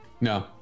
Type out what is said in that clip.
no